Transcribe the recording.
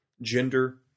gender